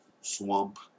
swamp